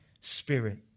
Spirit